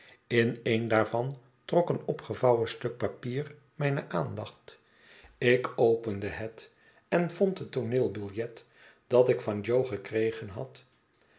in een daarvan trok een opgevouwen stuk papier mijne aandacht ik opende het en vond het tooneelbiljet dat ik van jo gekregen had